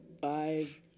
five